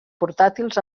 portàtils